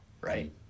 Right